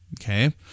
Okay